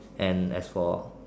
and as for